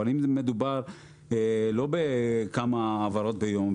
אבל אם מדובר לא בכמה העברות ביום,